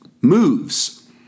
moves